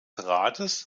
rates